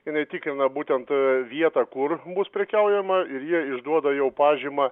jinai tikrina būtent vietą kur bus prekiaujama ir jie išduoda jau pažymą